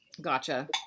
Gotcha